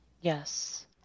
Yes